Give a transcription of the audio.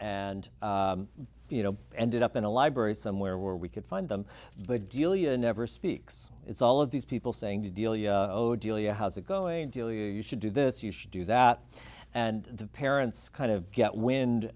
and you know ended up in a library somewhere where we could find them but delia never speaks it's all of these people saying to delia oh delia how's it going to you should do this you should do that and the parents kind of get wind